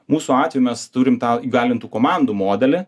mūsų atveju mes turim tą įgalintų komandų modelį